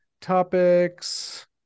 topics